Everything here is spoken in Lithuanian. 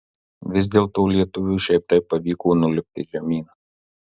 vis dėlto lietuviui šiaip taip pavyko nulipti žemyn